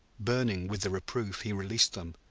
burning with the reproof, he released them,